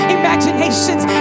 imaginations